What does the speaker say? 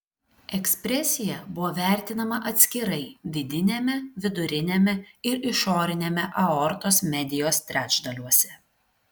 ekspresija buvo vertinama atskirai vidiniame viduriniame ir išoriniame aortos medijos trečdaliuose